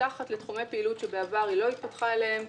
מתפתחת לתחומי פעילות שבעבר היא לא התפתחה אליהם,